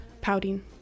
pouting